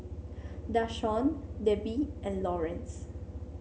Dashawn Debi and Laurence